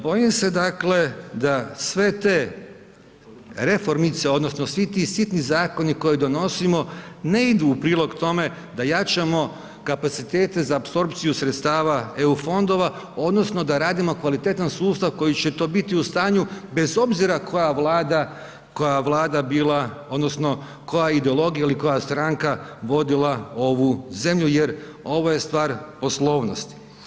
Bojim se dakle da sve te reformice, odnosno svi ti sitni zakoni koje donosimo ne idu u prilog tome da jačamo kapacitete za apsorpciju sredstava EU fondova odnosno da radimo kvalitetan sustav koji će to biti u stanju, bez obzira koja vlada, koja vlada bila odnosno koja ideologija ili koja stranka vodila ovu zemlju, jer ovo je stvar poslovnosti.